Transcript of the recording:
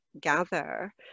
gather